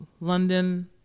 London